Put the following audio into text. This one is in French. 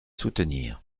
soutenir